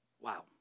Wow